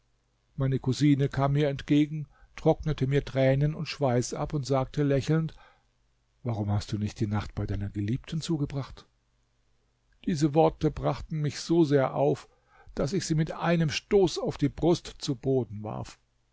meine cousine kam mir entgegen trocknete mir tränen und schweiß ab und sagte lächelnd warum hast du nicht die nacht bei deiner geliebten zugebracht diese worte brachten mich so sehr auf daß ich sie mit einem stoß auf die brust zu boden warf